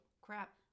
crap